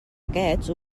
aquests